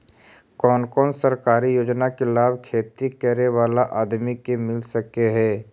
कोन कोन सरकारी योजना के लाभ खेती करे बाला आदमी के मिल सके हे?